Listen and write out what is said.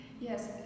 Yes